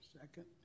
second